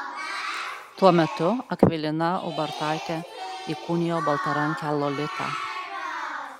tuo metu akvilina ubartaitė įkūnijo baltarankę lolitą